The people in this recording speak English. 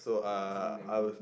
uh some mango